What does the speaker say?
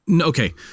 okay